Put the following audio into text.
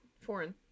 foreign